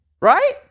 Right